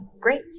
Great